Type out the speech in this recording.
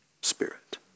spirit